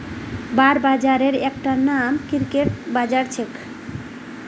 bond बाजारेर एकता नाम क्रेडिट बाजार छेक